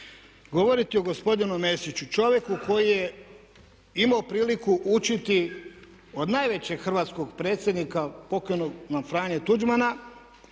Govoriti o gospodinu Mesiću, čovjeku koji je imao priliku učiti od najvećeg hrvatskog predsjednika pokojnog nam Franje Tuđmana